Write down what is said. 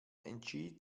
entschied